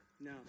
No